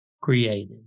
created